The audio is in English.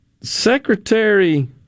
Secretary